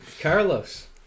Carlos